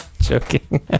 Joking